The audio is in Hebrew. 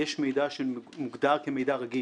יש מידע שמוגדר כמידע רגיש,